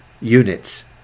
units